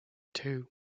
two